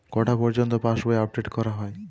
কটা পযর্ন্ত পাশবই আপ ডেট করা হয়?